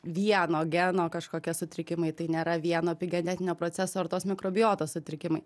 vieno geno kažkokie sutrikimai tai nėra vieno epigenetinio proceso ar tos mikrobiotos sutrikimai